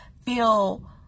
feel